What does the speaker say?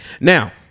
Now